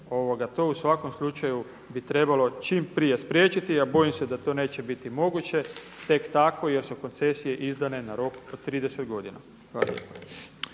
to u svakom slučaju bi trebalo čim prije spriječiti, a bojim se da to neće biti moguće tek tako jer su koncesije izdane na rok od 30 godina.